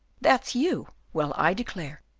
that's you well, i declare,